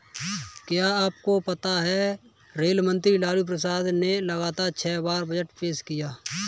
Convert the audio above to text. क्या आपको पता है रेल मंत्री लालू प्रसाद यादव ने लगातार छह बार बजट पेश किया?